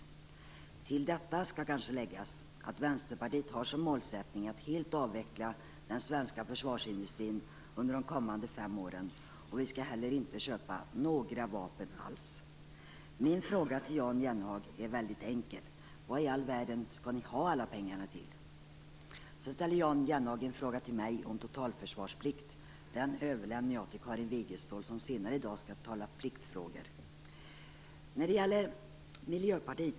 Till detta skall kanske läggas att Vänsterpartiet har som målsättning att helt avveckla den svenska försvarsindustrin under de kommande fem åren. Vi skall heller inte köpa några vapen alls. Min fråga till Jan Jennehag är väldigt enkel: Vad i all världen skall ni ha alla pengarna till? Jan Jennehag ställde en fråga till mig om totalförsvarsplikten. Den frågan överlämnar jag till Karin Wegestål, som senare i dag skall tala om pliktfrågor.